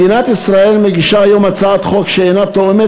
מדינת ישראל מגישה היום הצעת חוק שאינה תואמת